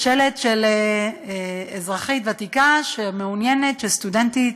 שלט של אזרחית ותיקה שמעוניינת שסטודנטית